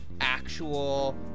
actual